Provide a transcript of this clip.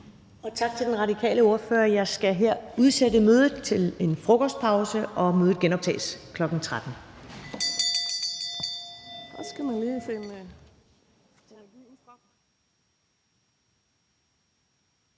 Tak til den radikale ordfører. Jeg skal her udsætte mødet til en frokostpause. Mødet genoptages kl. 13.00.